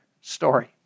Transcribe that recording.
story